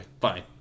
Fine